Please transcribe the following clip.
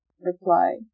reply